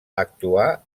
actuar